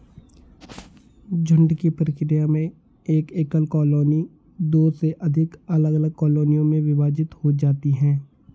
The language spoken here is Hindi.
झुंड की प्रक्रिया में एक एकल कॉलोनी दो से अधिक अलग अलग कॉलोनियों में विभाजित हो जाती है